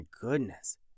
goodness